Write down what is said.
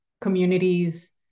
communities